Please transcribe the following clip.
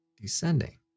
descending